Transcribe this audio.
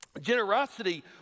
Generosity